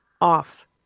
off